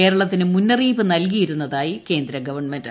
കേരളത്തിന് മുന്നറിയിപ്പ് നല്കിയിരുന്നതായി കേന്ദ്ര ഗവൺമെന്റ്